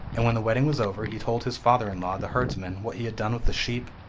and when the wedding was over he told his father-in-law, the herdsman, what he had done with the sheep,